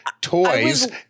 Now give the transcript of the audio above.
toys